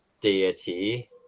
deity